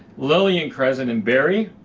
lillian crescent in barrie,